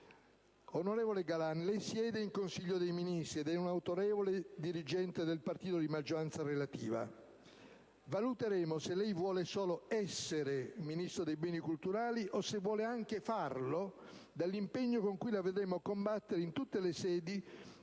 Onorevole Galan, lei siede in Consiglio dei ministri ed è un autorevole dirigente del partito di maggioranza relativa; valuteremo se lei vuole solo essere Ministro per i beni culturali o se vuole anche farlo dall'impegno con cui la vedremo combattere in tutte le sedi